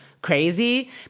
Crazy